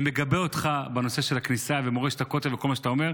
אני מגבה אותך בנושא של הכניסה ומורשת הכותל וכל מה שאתה אומר,